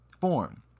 form